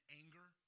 anger